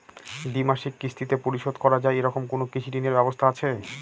দ্বিমাসিক কিস্তিতে পরিশোধ করা য়ায় এরকম কোনো কৃষি ঋণের ব্যবস্থা আছে?